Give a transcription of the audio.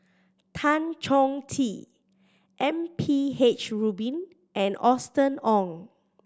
Tan Chong Tee M P H Rubin and Austen Ong